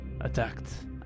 attacked